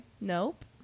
nope